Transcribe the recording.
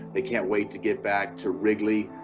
they can't wait to get back to wrigley.